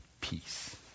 peace